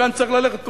וכאן צריך ללכת,